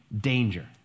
danger